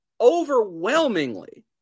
Overwhelmingly